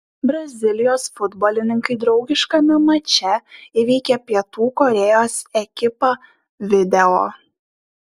brazilijos futbolininkai draugiškame mače įveikė pietų korėjos ekipą video